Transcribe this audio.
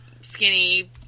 skinny